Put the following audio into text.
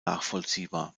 nachvollziehbar